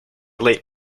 late